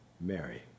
Mary